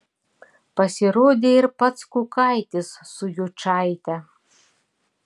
pasirodė ir pats kukaitis su jučaite